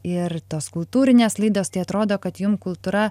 ir tos kultūrinės laidos tai atrodo kad jum kultūra